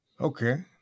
okay